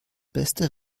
beste